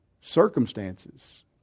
Circumstances